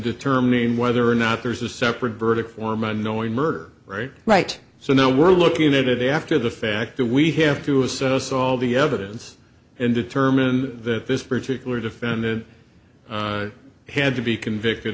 determining whether or not there's a separate verdict form a knowing murder rate right so now we're looking at it after the fact that we have to assess all the evidence and determine that this particular defended had to be convicted